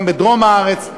גם בדרום הארץ.